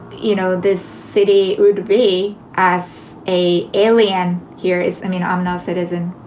you know, this city would be as a alien here is i mean, i'm no citizen,